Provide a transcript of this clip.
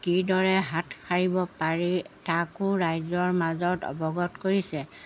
কিদৰে হাত সাৰিব পাৰি তাকো ৰাইজৰ মাজত অৱগত কৰিছে